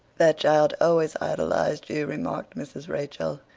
that child always idolised you, remarked mrs. rachel.